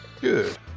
good